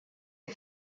est